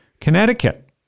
Connecticut